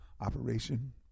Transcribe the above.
operation